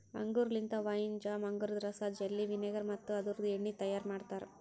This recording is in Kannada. ಅಂಗೂರ್ ಲಿಂತ ವೈನ್, ಜಾಮ್, ಅಂಗೂರದ ರಸ, ಜೆಲ್ಲಿ, ವಿನೆಗರ್ ಮತ್ತ ಅದುರ್ದು ಎಣ್ಣಿ ತೈಯಾರ್ ಮಾಡ್ತಾರ